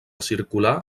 circular